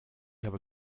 habe